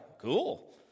Cool